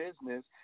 business